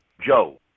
Joe